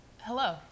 Hello